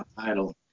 title